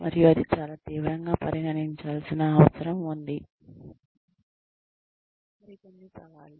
మరియు అది చాలా తీవ్రంగా పరిగణించాల్సిన అవసరం ఉంది మరికొన్ని సవాళ్లు